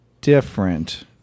different